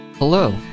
Hello